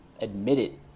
admitted